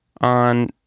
on